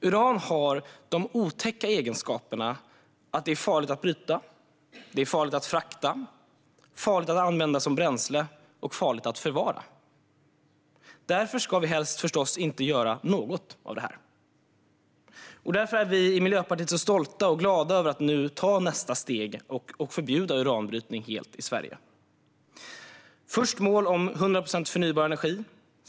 Uran har de otäcka egenskaperna att det är farligt att bryta, farligt att frakta, farligt att använda som bränsle och farligt att förvara. Därför ska vi förstås helst inte göra något av detta. Och därför är vi i Miljöpartiet stolta och glada över att vi nu tar nästa steg och helt förbjuder uranbrytning i Sverige. Först kom målet om 100 procent förnybar energi.